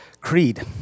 Creed